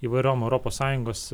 įvairiom europos sąjungos